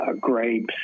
grapes